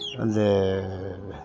வந்து